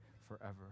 forever